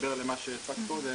מתחבר למה שהצגת קודם,